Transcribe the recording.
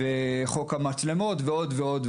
חוק המצלמות ועוד.